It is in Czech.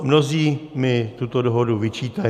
Mnozí mi tuto dohodu vyčítají.